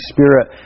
Spirit